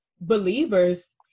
believers